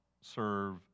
serve